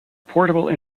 portable